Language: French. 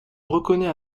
reconnaît